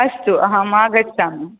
अस्तु अहम् आगच्छामि